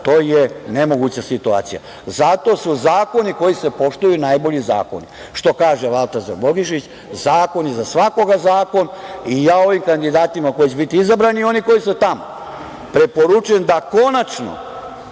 to je nemoguća situacija. Zato su zakoni koji se poštuju najbolji zakoni. Što kaže Lata Zabogišić - zakon je za svakoga zakon i ja ovim kandidatima koji će biti izabrani i oni koji su tamo, preporučujem da konačno